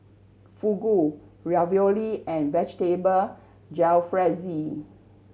Fugu Ravioli and Vegetable Jalfrezi